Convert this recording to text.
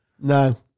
No